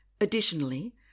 Additionally